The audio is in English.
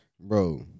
Bro